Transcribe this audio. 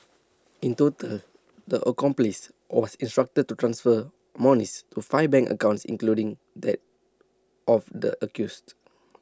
in total the accomplice was instructed to transfer monies to five bank accounts including that of the accused